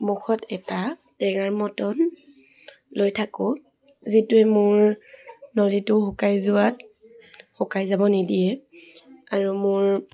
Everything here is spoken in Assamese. মুখত এটা টেঙাৰ মৰ্টন লৈ থাকোঁ যিটোৱে মোৰ নলীটো শুকাই যোৱাত শুকাই যাব নিদিয়ে আৰু মোৰ